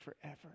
forever